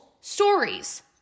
stories